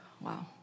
Wow